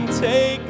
take